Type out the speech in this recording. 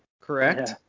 correct